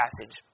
passage